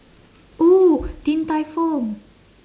oo din tai fung